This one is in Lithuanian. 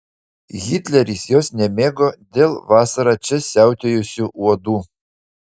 hitleris jos nemėgo dėl vasarą čia siautėjusių uodų